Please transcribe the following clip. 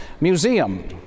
museum